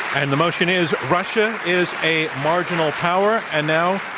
and the motion is russia is a marginal power. and now,